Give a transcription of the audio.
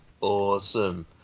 Awesome